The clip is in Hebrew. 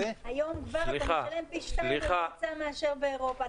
היום כבר אתה משלם פי 2 על ביצה מאשר באירופה.